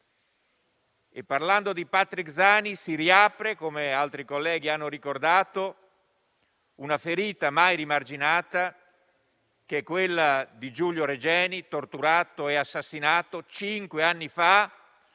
Parlando di Patrick Zaki, si riapre - come altri colleghi hanno ricordato - una ferita mai rimarginata, che è quella di Giulio Regeni, torturato e assassinato cinque anni fa,